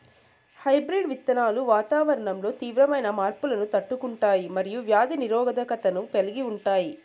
hybrid విత్తనాలు వాతావరణంలో తీవ్రమైన మార్పులను తట్టుకుంటాయి మరియు వ్యాధి నిరోధకతను కలిగి ఉంటాయి